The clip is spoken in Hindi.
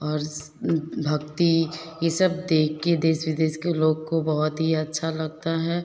और भक्ति यह सब देखकर देश विदेश के लोग को बहुत ही अच्छा लगता है